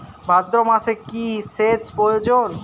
ভাদ্রমাসে কি সেচ প্রয়োজন?